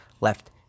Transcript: left